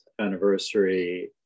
anniversary